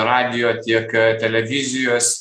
radijo tiek televizijos